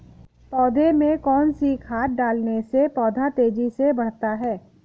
पौधे में कौन सी खाद डालने से पौधा तेजी से बढ़ता है?